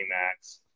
max